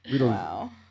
Wow